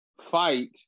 fight